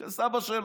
של סבא שלו.